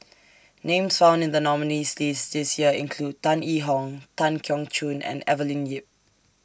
Names found in The nominees' list This Year include Tan Yee Hong Tan Keong Choon and Evelyn Lip